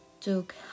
took